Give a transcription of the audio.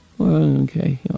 Okay